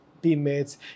teammates